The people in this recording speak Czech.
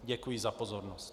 Děkuji za pozornost.